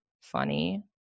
funny